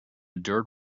dirt